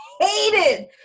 hated